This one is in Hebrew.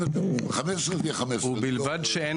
אם אתם אומרים 15 זה יהיה 15. ובלבד שאין